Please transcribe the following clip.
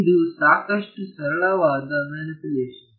ಇದು ಸಾಕಷ್ಟು ಸರಳವಾದ ಮಾನುಪುಲೆಶನ್